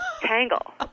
tangle